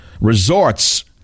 resorts